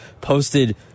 posted